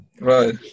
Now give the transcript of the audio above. Right